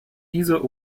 dieser